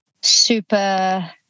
super